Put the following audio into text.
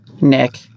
Nick